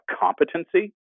competency